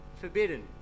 forbidden